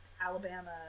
alabama